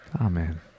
Amen